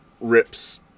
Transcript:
rips